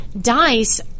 dice